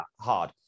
hard